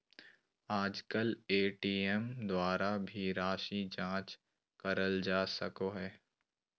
आजकल ए.टी.एम द्वारा भी राशी जाँच करल जा सको हय